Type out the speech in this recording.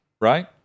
right